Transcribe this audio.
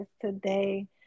today